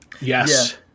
Yes